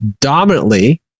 Dominantly